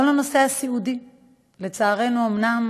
כל הנושא הסיעודי, לצערנו, אומנם